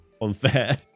unfair